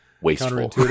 wasteful